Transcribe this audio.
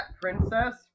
princess